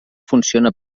funciona